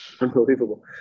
Unbelievable